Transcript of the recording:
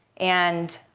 and